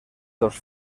dos